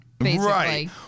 Right